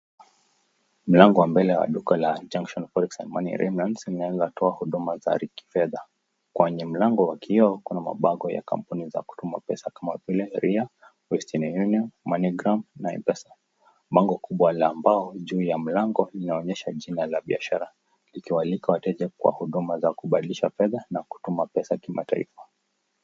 Mlango wa mbale wa duka la Junction Function And Money Remittance inatoa huduma za kifedha. Kwenye mlango wa kioo kuna bango ya kambuni za kutuma pesa kama vile Ria, Western Union, Money Gram na mpesa. Bango kubwa la mbao juu ya mlango inaonyesha jina la biashara ikiwalika wateja kwa kupadilisha pesa na kutuma pesa kimataifa.